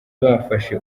bafashe